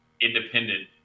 independent